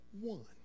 one